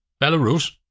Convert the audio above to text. Belarus